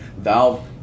Valve